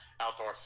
outdoor